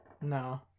No